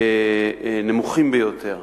נמוכים ביותר.